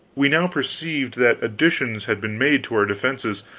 we now perceived that additions had been made to our defenses.